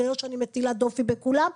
ולא שאני מטילה דופי בכולם,